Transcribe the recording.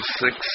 six